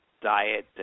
diet